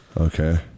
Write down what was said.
Okay